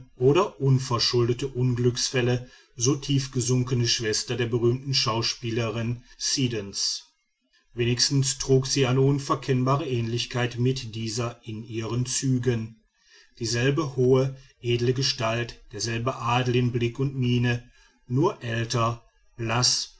oder unverschuldete unglücksfälle so tief gesunkene schwester der berühmten schauspielerin siddons wenigstens trug sie eine unverkennbare ähnlichkeit mit dieser in ihren zügen dieselbe hohe edle gestalt derselbe adel in blick und miene nur älter blaß